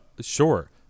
sure